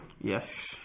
yes